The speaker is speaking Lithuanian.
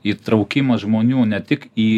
įtraukimas žmonių ne tik į